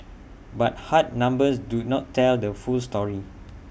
but hard numbers do not tell the full story